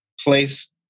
place